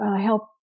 help